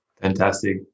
Fantastic